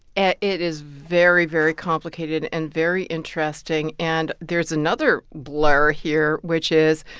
ah it is very, very complicated and very interesting. and there's another blur here, which is,